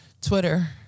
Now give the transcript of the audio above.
Twitter